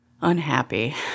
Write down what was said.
unhappy